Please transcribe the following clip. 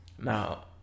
Now